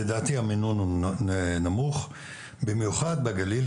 לדעתי המינון הוא נמוך במיוחד בגליל,